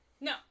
No